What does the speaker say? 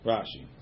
Rashi